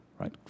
right